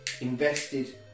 invested